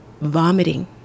vomiting